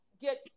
get